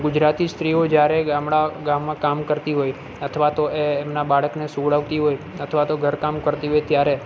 ગુજરાતી સ્ત્રીઓ જ્યારે ગામડા ગામમાં કામ કરતી હોય અથવા તો એ એમના બાળકને સુવડાવતી હોય અથવા તો ઘરકામ કરતી હોય ત્યારે